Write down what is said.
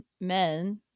men